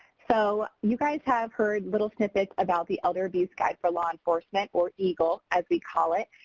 so you guys have heard little tidbits about the elder abuse guide for law enforcement or eagle as we call it,